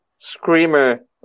screamer